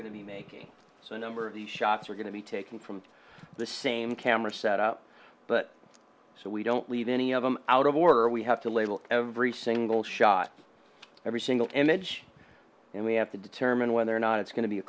going to be making so a number of these shots are going to be taken from the same camera set up but so we don't leave any of them out of order we have to label every single shot every single image and we have to determine whether or not it's going to be a